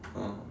oh